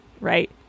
right